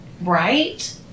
Right